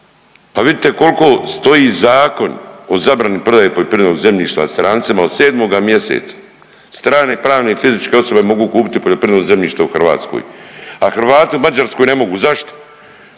pa vidite kolko stoji Zakon o zabrani prodaje poljoprivrednog zemljišta strancima, od 7 mjeseca strane pravne i fizičke osobe mogu kupiti poljoprivredno zemljište u Hrvatskoj, a Hrvati u Mađarskoj ne mogu, zašto?